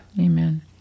Amen